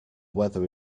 weather